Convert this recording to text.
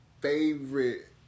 favorite